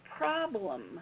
problem